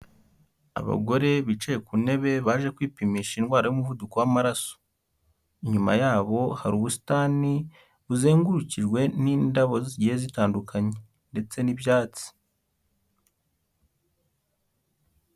Abagore bicaye ku ntebe baje kwipimisha indwara y'umuvuduko w'amaraso, inyuma yabo hari ubusitani buzengurukijwe n'indabo zigiye zitandukanye ndetse n'ibyatsi.